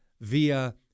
via